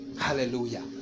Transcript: Hallelujah